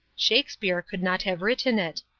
shakespeare could not have written it,